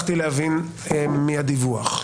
להבין מהדיווח: